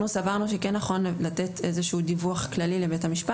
אנחנו סברנו שכן נכון לתת איזשהו דיווח כללי לבית המשפט.